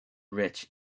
rich